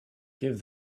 give